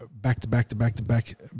back-to-back-to-back-to-back